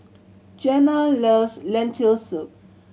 Jeana loves Lentil Soup